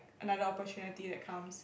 another opportunity that comes ya